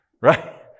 Right